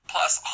Plus